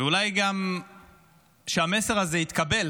ואולי גם שהמסר הזה יתקבל